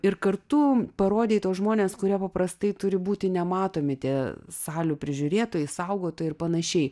ir kartu parodei tuos žmones kurie paprastai turi būti nematomi tie salių prižiūrėtojai saugotojai ir panašiai